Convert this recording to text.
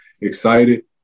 excited